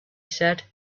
said